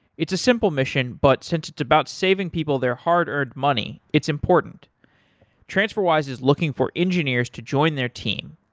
it's a simple mission, but since it's about saving people their hard-earned money, it's important transferwise is looking for engineers to join their team.